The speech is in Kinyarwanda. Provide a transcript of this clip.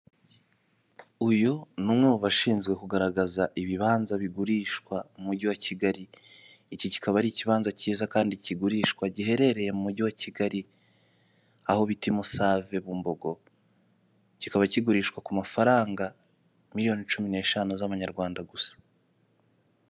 Uyu ni umwe mu bashinzwe kugaragaza ibibanza bigurishwa mu umujyi wa Kigali, iki kikaba ari ikibanza kiza kandi kigurishwa, giherereye mu mujyi wa Kigali aho bita Imusave Bumbogo, kikaba kigurishwa ku mafaranga miliyoni cumi n'eshanu z'amanyarwanda gusa.